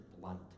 blunt